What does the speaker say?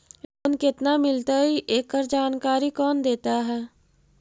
Loan केत्ना मिलतई एकड़ जानकारी कौन देता है?